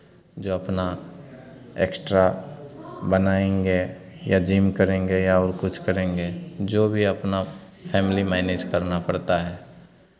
जो अपना एक्स्ट्रा बनाएँगे या जिम करेंगे या और कुछ करेंगे जो भी अपना फ़ैमिली मैनेज करना पड़ता है